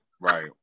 right